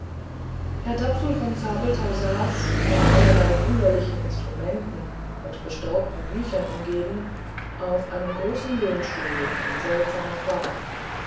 herr dapsul von zabelthau saß von allerlei wunderlichen instrumenten und bestaubten büchern umgeben auf einem großen lehnstuhl von seltsamer form